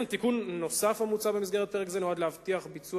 תיקון נוסף המוצע במסגרת פרק זה נועד להבטיח ביצוע